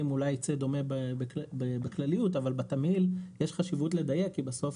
אולי ייצא דומה בכלליות אבל בתמהיל יש חשיבות לדיוק כי סך